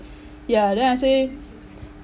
ya then I say